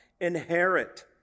inherit